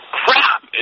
crap